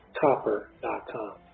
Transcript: copper.com